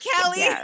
Kelly